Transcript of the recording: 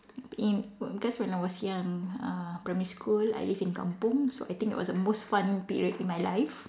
in because when I was young uh primary school I live in kampung so I think it was the most fun period in my life